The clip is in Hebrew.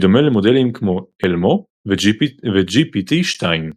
בדומה למודלים כמו ELMo ו-GPT-2 .